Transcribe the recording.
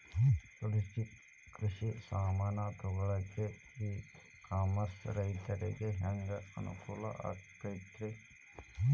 ಕೃಷಿ ಸಾಮಾನ್ ತಗೊಳಕ್ಕ ಇ ಕಾಮರ್ಸ್ ರೈತರಿಗೆ ಹ್ಯಾಂಗ್ ಅನುಕೂಲ ಆಕ್ಕೈತ್ರಿ?